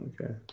Okay